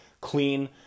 clean